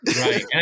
Right